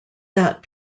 that